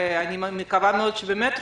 ואני מקווה מאוד שבאמת רוצים,